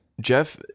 jeff